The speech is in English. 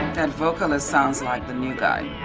that vocalist sounds like the new guy.